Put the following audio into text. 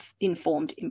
informed